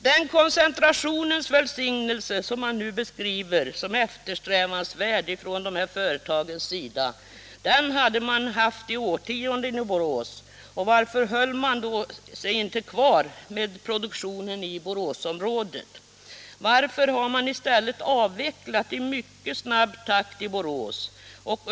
Den koncentrationens välsignelse som man nu från dessa företags sida beskriver som eftersträvansvärd, den har man haft i årtionden i Borås. Varför lät man då inte produktionen ligga kvar i Boråsområdet? Varför har man i stället avvecklat i mycket snabb takt i Borås?